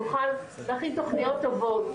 שנוכל להכין תוכניות טובות,